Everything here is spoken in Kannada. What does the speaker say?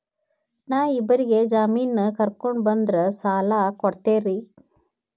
ನಾ ಇಬ್ಬರಿಗೆ ಜಾಮಿನ್ ಕರ್ಕೊಂಡ್ ಬಂದ್ರ ಸಾಲ ಕೊಡ್ತೇರಿ?